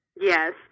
Yes